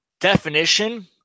definition